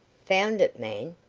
found it, man?